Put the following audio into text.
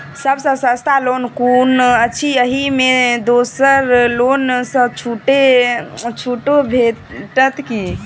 सब सँ सस्ता लोन कुन अछि अहि मे दोसर लोन सँ छुटो भेटत की?